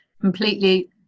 completely